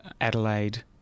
Adelaide